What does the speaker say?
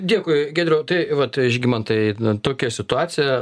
dėkui giedriau tai vat žygimantai tokia situacija